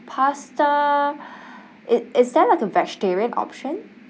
pasta it is there like a vegetarian option